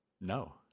No